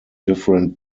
different